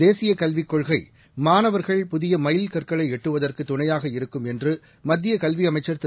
தேசிய கல்விக் கொள்கை மானவர்கள் புதிய மைல்கற்களை எட்டுவதற்கு துணையாக இருக்கும் என்று மத்திய கல்வி அமைச்சர் திரு